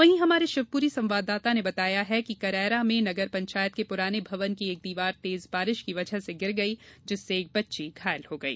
वहीं हमारे शिवपुरी संवाददाता ने बताया है कि करैरा में नगर पंचायत के पुराने भवन की एक दीवार तेज बारिश की वजह से गिर गई जिससे एक बच्ची घायल हो गई